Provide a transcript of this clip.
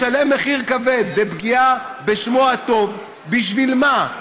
ישלם מחיר כבד בפגיעה בשמו הטוב, בשביל מה?